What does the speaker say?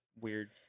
weird